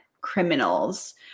criminals